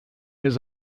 his